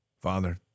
Father